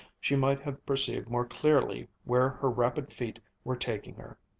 she might have perceived more clearly where her rapid feet were taking her.